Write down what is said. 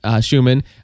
Schumann